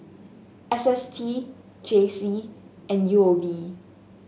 S S T J C and U O B